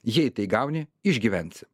jei tai gauni išgyvens